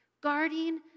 guarding